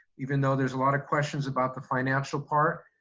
even though there's a lot of questions about the financial part,